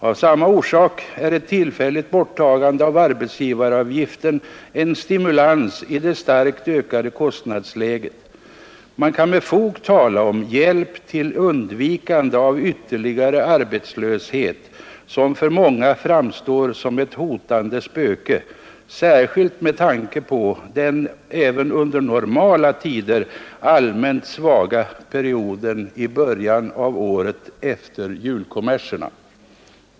Av samma orsak är ett tillfälligt borttagande av arbetsgivaravgiften en stimulans i det starkt höjda kostnadsläget. Man kan med fog tala om hjälp till undvikande av ytterligare arbetslöshet, som för många framstår som ett hotande spöke, särskilt med tanke på den även under normala tider allmänt svaga perioden i början av året efter julkommerserna.